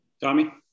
Tommy